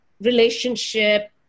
relationship